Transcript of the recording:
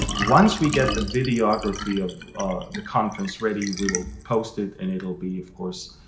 once we get the videography of the conference ready, we will post it. and it will be, of course,